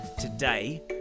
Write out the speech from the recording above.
Today